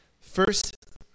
First